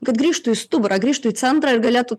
kad grįžtų į stuburą grįžtų į centrą ir galėtų